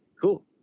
cool